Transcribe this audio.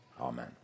Amen